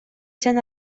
сен